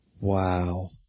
Wow